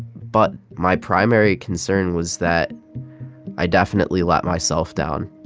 but my primary concern was that i definitely let myself down.